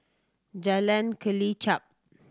Jalan Kelichap